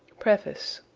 preface